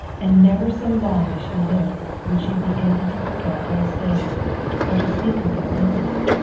and never so long as she lived, would she be able to forget those days or to speak of them easily.